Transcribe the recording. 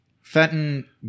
Fenton